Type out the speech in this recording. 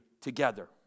together